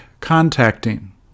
contacting